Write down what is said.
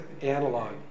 Analog